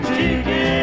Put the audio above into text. Chicken